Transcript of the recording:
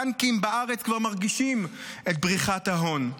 הבנקים בארץ כבר מרגישים את בריחת ההון.